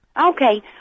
Okay